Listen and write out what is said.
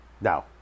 Now